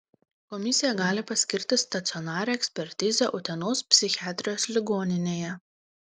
komisija gali paskirti stacionarią ekspertizę utenos psichiatrijos ligoninėje